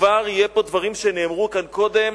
כבר יהיה פה, דברים שנאמרו כאן קודם